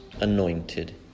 anointed